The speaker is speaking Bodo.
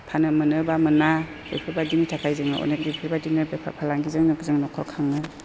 फाननो मोनो बा मोना बेफोरबायदिनि थाखाय जोङो अनेक बेफोरबायदिनो बेफार फालांगिजों जों न'खर खाङो